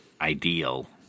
ideal